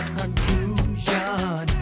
conclusion